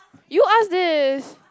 you ask this